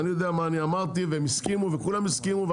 אני יודע מה אני אמרתי והם הסכימו וכולם הסכימו,